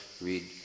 read